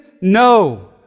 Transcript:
No